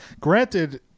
Granted